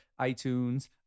iTunes